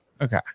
Okay